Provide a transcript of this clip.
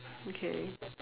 okay